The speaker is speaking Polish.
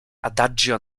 adagio